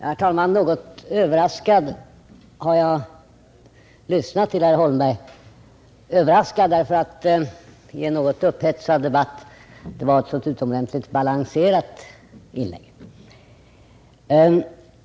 Herr talman! Något överraskad har jag lyssnat till herr Holmbergs anförande — överraskad därför att det i en något upphetsad debatt var ett så utomordentligt balanserat inlägg.